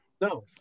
no